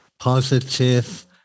positive